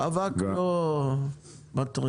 אבק לא מטריד,